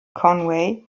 conway